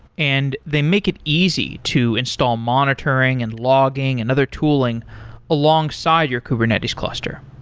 and they make it easy to install monitoring and logging and other tooling alongside your kubernetes cluster.